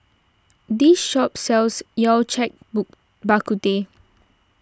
this shop sells Yao Cai Bak But Teh